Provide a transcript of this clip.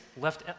left